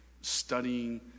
studying